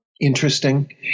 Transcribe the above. interesting